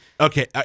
okay